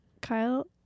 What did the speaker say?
Kyle